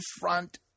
front